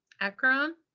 Akron